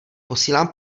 posílám